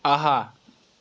اہا